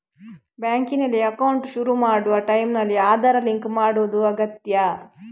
ಬ್ಯಾಂಕಿನಲ್ಲಿ ಅಕೌಂಟ್ ಶುರು ಮಾಡುವ ಟೈಂನಲ್ಲಿ ಆಧಾರ್ ಲಿಂಕ್ ಮಾಡುದು ಅಗತ್ಯ